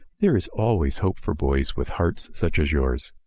there is always hope for boys with hearts such as yours,